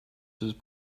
his